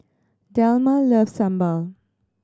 Delma loves sambal